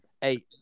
Hey